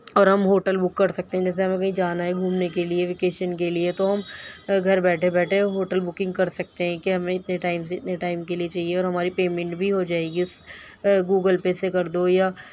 اور ہم hotel book کر سکتے ہیں جیسے ہمیں کہیں جانا ہے گھومنے کے لئے ویکیشن کے لئے تو ہم گھر بیٹھے بیٹھے ہوٹل بکنگ کر سکتے ہیں کہ ہمیں اتنے ٹائم سے اتنے ٹائم کے لئے چاہیے اور ہماری پیمنٹ بھی ہو جائے گی اس گوگل پے سے کر دو یا